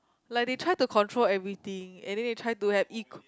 like they try to control everything and then they try to have equal